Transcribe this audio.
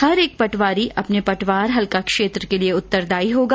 हर एक पटवारी अपने पटवार हल्का क्षेत्र के लिए उत्तरदायी होगा